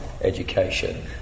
education